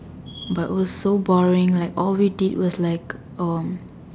but it was boring like all we did was like um